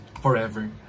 forever